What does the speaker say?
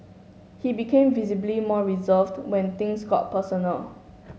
he became visibly more reserved when things got personal